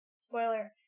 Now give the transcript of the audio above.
Spoiler